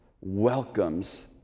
welcomes